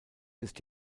ist